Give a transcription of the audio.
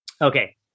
Okay